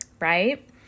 right